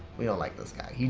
we don't like this guy.